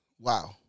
Wow